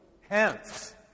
Hence